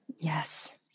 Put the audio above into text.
Yes